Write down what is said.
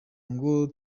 ngo